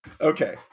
Okay